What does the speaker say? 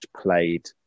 played